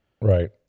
Right